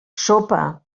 sopa